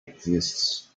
exists